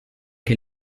che